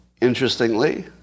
Interestingly